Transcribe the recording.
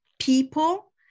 people